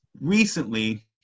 recently